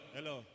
Hello